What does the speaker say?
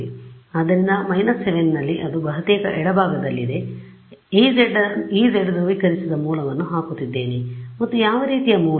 ಆದ್ದರಿಂದ 7 ನಲ್ಲಿ ಅದು ಬಹುತೇಕ ಎಡಭಾಗದಲ್ಲಿದೆ ನಾನು Ez ಧ್ರುವೀಕರಿಸಿದ ಮೂಲವನ್ನು ಹಾಕುತ್ತಿದ್ದೇನೆ ಮತ್ತು ಯಾವ ರೀತಿಯ ಮೂಲ